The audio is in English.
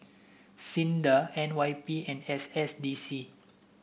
SINDA N Y P and S S D C